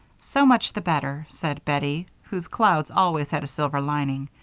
so much the better, said bettie, whose clouds always had a silver lining.